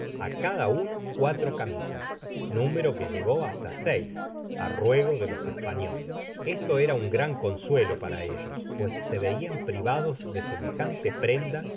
á cada uno cuatro camisas número que llegó hasta seis á ruego de los españoles esto era nagran consuelo para ellos pues se veian privados de semejante prenda